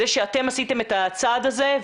זה שאתם עשיתם את הצעד הזה,